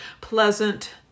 pleasant